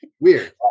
weird